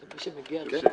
מי שמגיע ראשון.